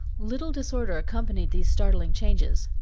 little disorder accompanied these startling changes.